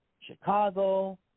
Chicago